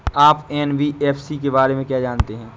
आप एन.बी.एफ.सी के बारे में क्या जानते हैं?